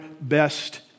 best